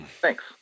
Thanks